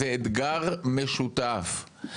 זה אתגר משותף.